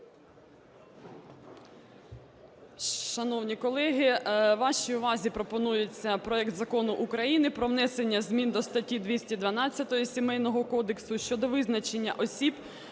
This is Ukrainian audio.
Шановні колеги, вашій увазі пропонується проект Закону України про внесення змін до статті 212 Сімейного кодексу щодо визначення осіб,